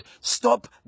stop